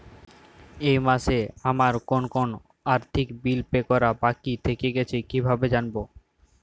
এই মাসে আমার কোন কোন আর্থিক বিল পে করা বাকী থেকে গেছে কীভাবে জানব?